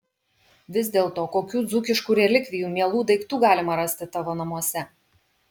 vis dėlto kokių dzūkiškų relikvijų mielų daiktų galima rasti tavo namuose